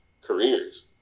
careers